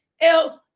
else